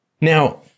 Now